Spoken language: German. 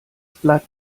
bleibt